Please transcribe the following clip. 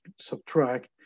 subtract